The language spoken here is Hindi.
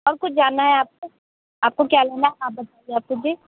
और कुछ जानना हैं आपको आपको क्या लेना है आप बताइए जी